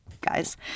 guys